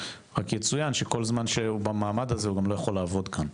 רק יצוין שכל הזמן שהוא במעמד הזה הוא גם לא יכול לעבוד כאן.